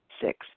Six